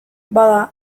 bada